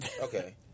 okay